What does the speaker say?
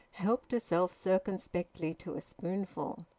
helped herself circumspectly to a spoonful.